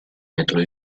metro